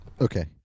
Okay